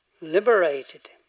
liberated